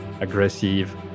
aggressive